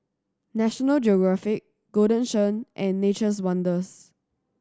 National Geographic Golden Churn and Nature's Wonders